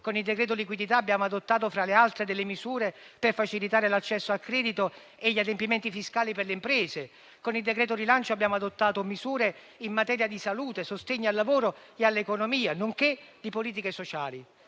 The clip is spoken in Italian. con il decreto liquidità abbiamo adottato, fra le altre, misure per facilitare l'accesso al credito e gli adempimenti fiscali per le imprese; con il decreto rilancio abbiamo adottato misure in materia di salute e di sostegno al lavoro e all'economia, nonché di politiche sociali.